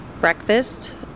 breakfast